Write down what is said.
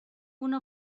una